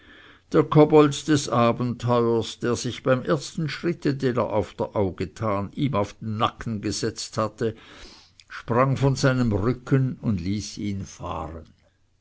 der kobold des abenteuers der sich beim ersten schritte den er auf der au getan ihm auf den nacken gesetzt hatte sprang von seinem rücken und ließ ihn fahren